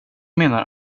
menar